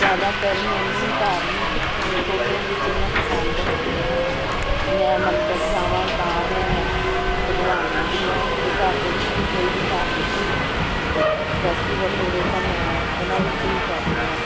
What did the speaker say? ਜ਼ਿਆਦਾਤਰ ਮੈਨੂੰ ਧਾਰਮਿਕ ਫੋਟੋਆਂ ਖਿੱਚਣੀਆਂ ਪਸੰਦ ਹੈਗੀਆਂ ਆ ਮੈਂ ਮੰਦਰ ਜਾਵਾਂ ਤਾਂ ਮੈਂ ਭਗਵਾਨਾਂ ਦੀਆਂ ਅਤੇ ਘਰ ਦੇ ਵਿੱਚ ਵੀ ਕੋਈ ਵੀ ਧਾਰਮਿਕ ਅ ਫੈਸਟੀਵਲ ਹੋਵੇ ਤਾਂ ਮੈਂ ਉਹਨਾਂ ਵਿੱਚ ਹੀ ਕਰਦੀ ਹਾਂ